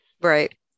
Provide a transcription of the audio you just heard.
Right